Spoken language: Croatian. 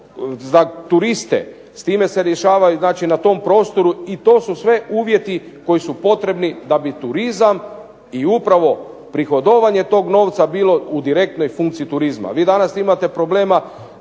za turiste. S time se rješavaju znači na tom prostoru i to su sve uvjeti koji su potrebni da bi turizam i upravo prihodovanje tog novca bilo u direktnoj funkciji turizma. Vi danas imate problema